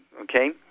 okay